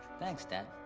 thanks dad.